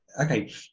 Okay